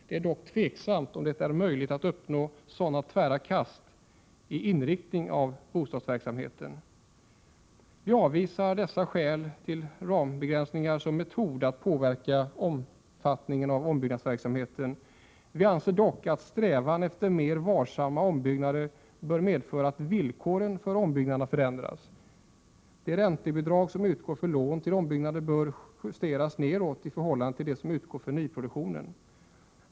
Det är dock tveksamt om det är möjligt att uppnå sådana tvära kast i inriktningen av byggnadsverksamheten. Vi avvisar av dessa skäl rambegränsningar som en metod att påverka omfattningen av ombyggnadsverksamheten. Vi anser dock att strävan efter mer varsamma ombyggnader bör medföra att villkoren för ombyggnad förändras. Det räntebidrag som utgår för lån till ombyggnader bör således justeras neråt i förhållande till det som utgår för nyproduktion.